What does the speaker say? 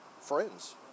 friends